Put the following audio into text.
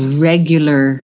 regular